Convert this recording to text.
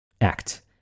Act